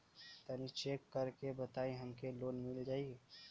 तनि चेक कर के बताई हम के लोन मिल जाई?